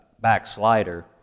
backslider